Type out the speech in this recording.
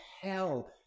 hell